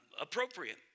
appropriate